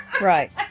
Right